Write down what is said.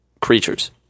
creatures